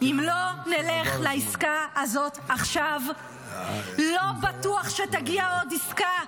אם לא נלך לעסקה הזאת עכשיו לא בטוח שתגיע עוד עסקה,